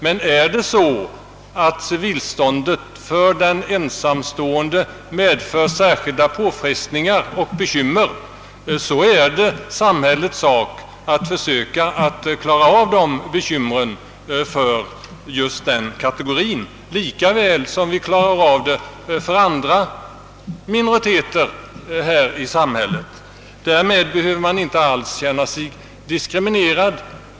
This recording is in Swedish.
Men är det så att civilståndet för den ensamstående medför särskilda påfrestningar och bekymmer, är det samhällets sak att försöka hjälpa just den kategorin lika väl som vi hjälper andra minoriteter. Därmed behöver man inte alls känna sig diskriminerad.